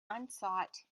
unsought